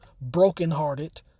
brokenhearted